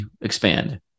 expand